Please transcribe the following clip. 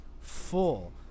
full